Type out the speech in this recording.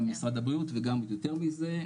גם משרד הבריאות וגם יותר מזה,